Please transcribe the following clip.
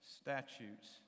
statutes